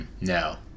No